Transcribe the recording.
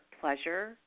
Pleasure